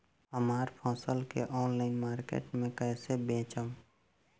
हमार फसल के ऑनलाइन मार्केट मे कैसे बेचम?